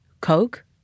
Coke